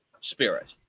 spirit